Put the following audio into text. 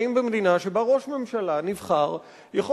חיים במדינה שבה ראש ממשלה נבחר יכול